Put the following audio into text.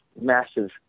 massive